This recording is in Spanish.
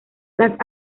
las